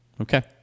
Okay